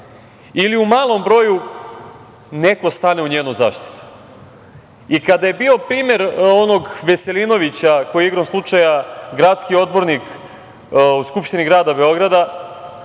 ili u malom broju neko stane u njenu zaštitu. Kada je bio primer onog Veselinovića, koji je igrom slučaja gradski odbornik u Skupštini grada Beograda,